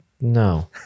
No